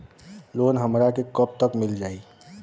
Loan हमरा के कब तक मिल जाई?